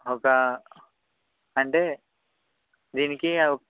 ఒక అంటే దీనికి